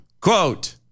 Quote